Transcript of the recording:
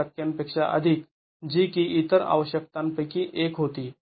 २ टक्क्यांपेक्षा अधिक जी की इतर आवश्यकतांपैकी एक होती